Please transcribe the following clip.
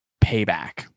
payback